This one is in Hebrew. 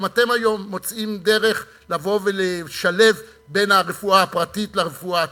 גם אתם היום מוצאים דרך לבוא ולשלב בין הרפואה הפרטית לרפואה הציבורית.